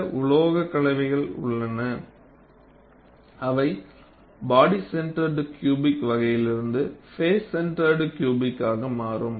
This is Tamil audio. சில உலோகக் கலவைகள் உள்ளன அவை பாடி சென்டர் கியூபிக் வகையிலிருந்து பேஸ் சென்டர் கியூபிக் ஆக மாறும்